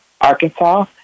Arkansas